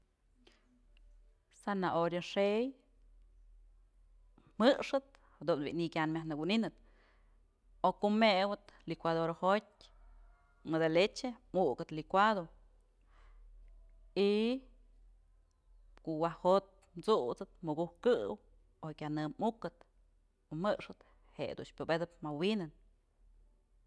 Zanahoria xëy jëxëp du'u bi'i ni'iy kyan myaj nëkuninëp o ko'o mëwëp licuadora jotyë mëdë leche mukëp kicuado y ko'o waj jo'ot t'susëp mukuj këw o kyanë mukëp o jëxëp jedun pyubëtëp më wi'inën.